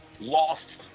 lost